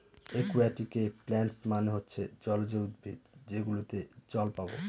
একুয়াটিকে প্লান্টস মানে হচ্ছে জলজ উদ্ভিদ যেগুলোতে জল পাবো